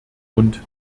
und